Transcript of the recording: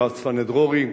הרב צפניה דרורי,